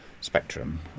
spectrum